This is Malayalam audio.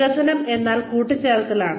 വികസനം എന്നാൽ കൂട്ടിച്ചേർക്കുന്നതാണ്